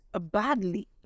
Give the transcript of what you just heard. badly